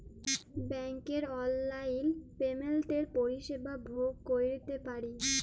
ব্যাংকের অললাইল পেমেল্টের পরিষেবা ভগ ক্যইরতে পারি